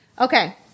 okay